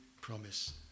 promise